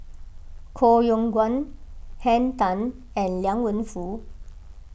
Koh Yong Guan Henn Tan and Liang Wenfu